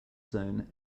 zone